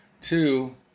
Two